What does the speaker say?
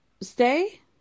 stay